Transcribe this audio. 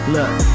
Look